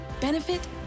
Benefit